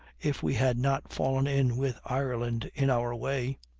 if we had not fallen in with ireland in our way.